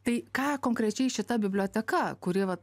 tai ką konkrečiai šita biblioteka kuri vat